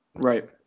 Right